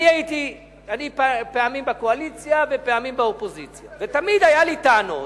פעמים הייתי בקואליציה ופעמים הייתי באופוזיציה ותמיד היו לי טענות